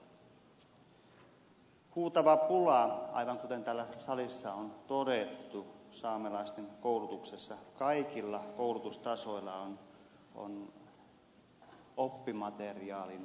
huutava pula aivan kuten täällä salissa on todettu saamelaisten koulutuksessa kaikilla koulutustasoilla on oppimateriaalista